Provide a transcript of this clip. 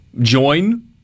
join